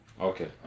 Okay